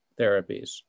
therapies